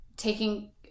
taking